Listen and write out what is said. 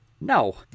No